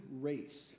race